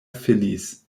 phillies